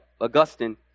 Augustine